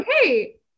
okay